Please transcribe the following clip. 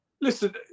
Listen